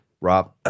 rob